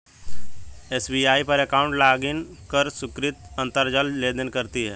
SBI पर account login कर सुकृति अंतरजाल लेनदेन करती है